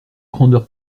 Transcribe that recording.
grandeur